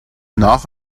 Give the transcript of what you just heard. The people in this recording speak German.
nach